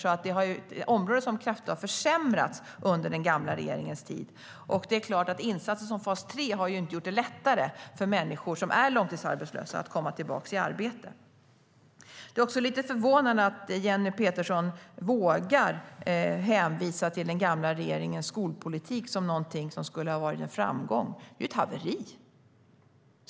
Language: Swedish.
Det är alltså ett område som kraftigt har försämrats under den gamla regeringens tid, och det är klart att insatser som fas 3 inte har gjort det lättare för människor som är långtidsarbetslösa att komma tillbaka i arbete. Det är lite förvånande att Jenny Petersson vågar hänvisa till den gamla regeringens skolpolitik som något som skulle ha varit en framgång. Den är ju ett haveri!